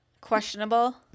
Questionable